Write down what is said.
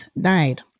died